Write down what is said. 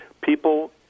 people